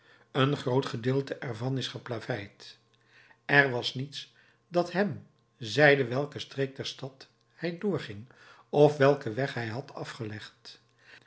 een groot gedeelte ervan is geplaveid er was niets dat hem zeide welke streek der stad hij doorging of welken weg hij had afgelegd